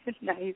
Nice